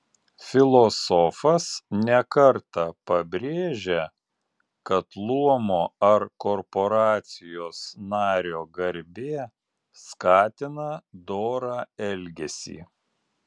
filosofas ne kartą pabrėžia kad luomo ar korporacijos nario garbė skatina dorą elgesį